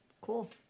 Cool